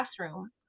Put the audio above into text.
classroom